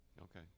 Okay